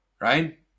right